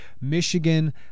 Michigan